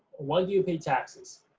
when do you pay taxes?